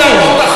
נדון על זה.